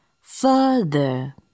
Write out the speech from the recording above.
Further